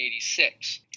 1986